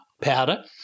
powder